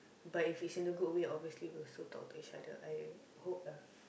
but if is in a good way obviously we'll still talk to each other I hope lah